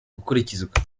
gukurikizwa